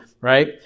right